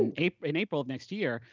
in april in april of next year.